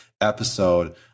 episode